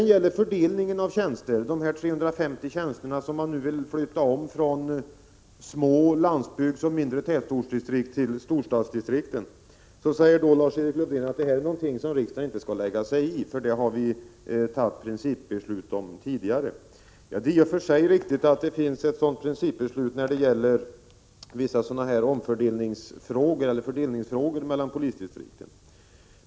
Vad beträffar fördelningen av de 350 tjänster som man nu vill flytta om från små landsbygdsoch mindre tätortsdistrikt till storstadsdistrikten säger Lars-Erik Lövdén att detta är något som riksdagen inte skall lägga sig i, eftersom vi tidigare har fattat principbeslut om detta. Det är i och för sig riktigt att det finns ett sådant principbeslut om vissa frågor om fördelningen mellan polisdistrikten.